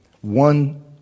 One